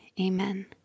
amen